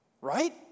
right